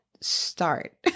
start